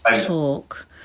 talk